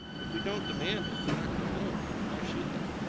if we don't demand it, they're not gonna build it. why should they?